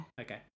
Okay